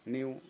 New